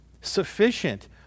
sufficient